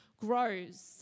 grows